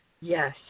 yes